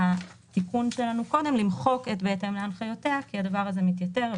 התיקון שלנו קודם למחוק את "ובהתאם להנחיותיה" כי הדבר הזה מתייתר.